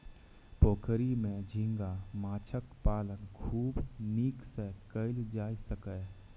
पोखरि मे झींगा माछक पालन खूब नीक सं कैल जा सकैए